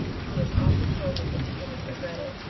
and he has often told me that he didn't regret it.